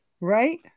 right